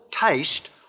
taste